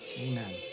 Amen